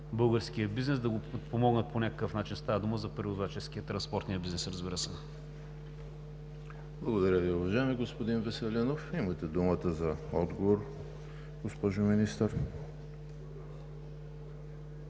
българския бизнес, да го подпомогнат по някакъв начин? Става дума за превозваческия, транспортния бизнес, разбира се. ПРЕДСЕДАТЕЛ ЕМИЛ ХРИСОВ: Благодаря Ви, уважаеми господин Веселинов. Имате думата за отговор, госпожо Министър.